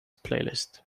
playlist